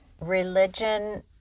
religion